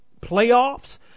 playoffs